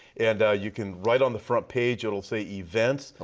and you can right on the front-page it will say events.